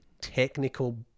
technical